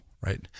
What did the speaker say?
right